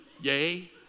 Yay